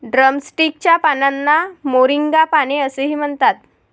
drumstick च्या पानांना moringa पाने असेही म्हणतात